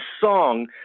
song